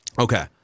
okay